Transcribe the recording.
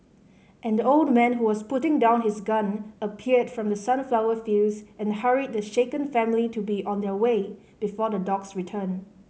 an old man who was putting down his gun appeared from the sunflower fields and hurried the shaken family to be on their way before the dogs return